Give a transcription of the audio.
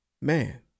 man